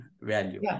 value